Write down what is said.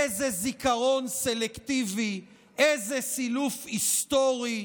איזה זיכרון סלקטיבי, איזה סילוף היסטורי,